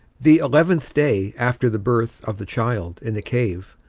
the eleventh day after the birth of the child in the cave,